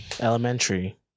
Elementary